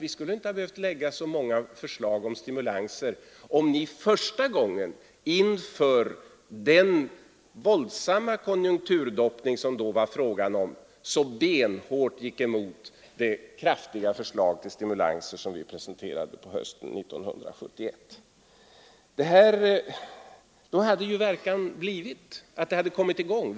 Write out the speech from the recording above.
Men vi skulle inte ha behövt lägga så många förslag om stimulanser, om ni första gången inför den våldsamma konjunkturdoppning, som det då var fråga om, inte så benhårt hade gått emot det kraftiga förslag till stimulanser som vi presenterade på hösten 1971. Då hade ju verkan blivit att konjunkturen kommit i gång.